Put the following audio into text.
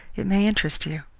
it may interest you.